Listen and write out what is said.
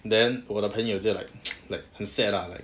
then 我的朋友就 like like 很 sad lah like